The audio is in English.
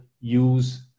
use